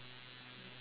um that